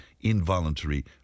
involuntary